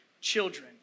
children